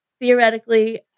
Theoretically